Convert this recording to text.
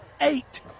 eight